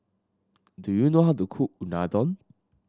do you know how to cook Unadon